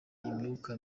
imyuka